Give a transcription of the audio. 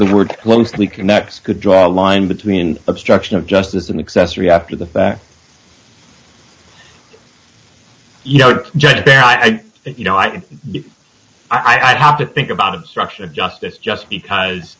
the word loosely connects could draw a line between obstruction of justice and accessory after the fact you know that you know i did i'd have to think about obstruction of justice just because